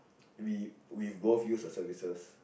we we both use the services